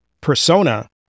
persona